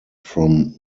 from